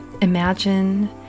Imagine